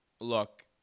Look